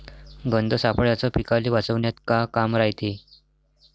गंध सापळ्याचं पीकाले वाचवन्यात का काम रायते?